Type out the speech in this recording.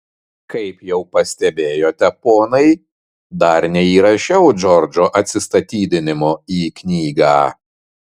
kaip jau pastebėjote ponai dar neįrašiau džordžo atsistatydinimo į knygą